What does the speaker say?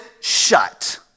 shut